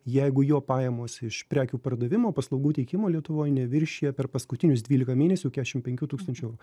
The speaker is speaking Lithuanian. jeigu jo pajamos iš prekių pardavimo paslaugų teikimo lietuvoj neviršija per paskutinius dvylika mėnesių keturiasdešimt penkių tūkstančių eurų